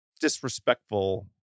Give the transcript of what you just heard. disrespectful